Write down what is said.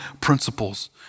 principles